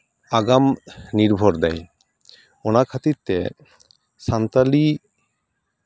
ᱟᱜᱟᱢ ᱱᱤᱨᱵᱷᱚᱨ ᱫᱟᱭ ᱚᱱᱟ ᱠᱷᱟᱹᱛᱤᱨ ᱛᱮ ᱥᱟᱱᱛᱟᱲᱤ